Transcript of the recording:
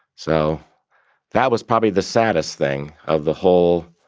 so that was probably the saddest thing of the whole